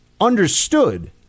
understood